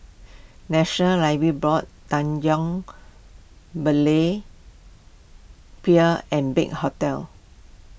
National Library Board Tanjong Berlayer Pier and Big Hotel